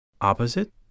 Opposite